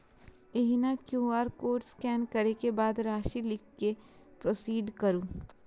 एहिना QR code scan करै के बाद राशि लिख कें प्रोसीड करू